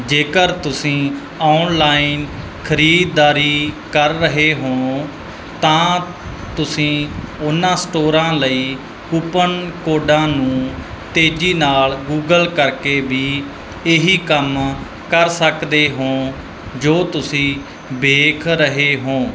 ਜੇਕਰ ਤੁਸੀਂ ਔਨਲਾਈਨ ਖ਼ਰੀਦਦਾਰੀ ਕਰ ਰਹੇ ਹੋ ਤਾਂ ਤੁਸੀਂ ਉਹਨਾਂ ਸਟੋਰਾਂ ਲਈ ਕੂਪਨ ਕੋਡਾਂ ਨੂੰ ਤੇਜ਼ੀ ਨਾਲ ਗੂਗਲ ਕਰਕੇ ਵੀ ਇਹੀ ਕੰਮ ਕਰ ਸਕਦੇ ਹੋ ਜੋ ਤੁਸੀਂ ਦੇਖ ਰਹੇ ਹੋ